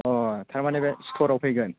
औ थारमानि बे सिटराव फैगोन